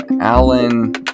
Alan